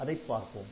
அதைப் பார்ப்போம்